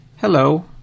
hello